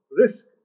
risk